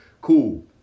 cool